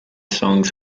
songs